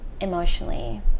emotionally